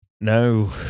No